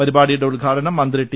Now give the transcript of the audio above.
പരിപാടി യുടെ ഉദ്ഘാടനം മന്ത്രി ടി